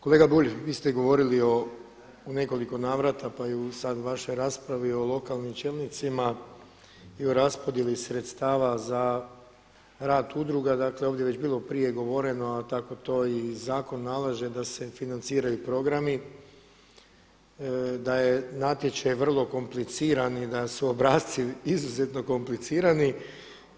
Kolega Bulj, vi ste govorili o u nekoliko navrata pa i u sada vašoj raspravi o lokalnim čelnicima i o raspodjeli sredstava za rad udruga, dakle ovdje je već bilo govoreno a tako to i zakon nalaže da se financiraju programi, da je natječaj vrlo kompliciran i da su obrasci izuzetno komplicirati.